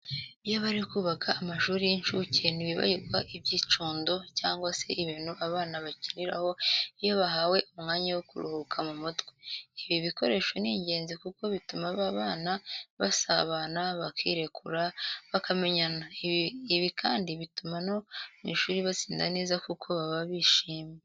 Iyo bari kubaka amashuri y'inshuke ntibibagirwa ibyicundo cyangwa se ibintu abana bakiniraho iyo bahawe umwanya wo kuruhura mu mutwe. Ibi bikoresho ni ingenzi kuko bituma aba bana basabana, bakirekura, bakamenyana. Ibi kandi bituma no mu ishuri batsinda neza kuko baba bishyimye.